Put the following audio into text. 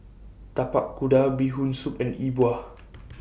Tapak Kuda Bee Hoon Soup and E Bua